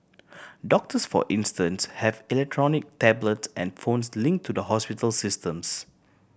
doctors for instance have electronic tablets and phones linked to the hospital systems